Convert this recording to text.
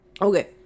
Okay